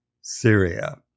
Syria